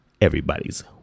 everybody's